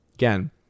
Again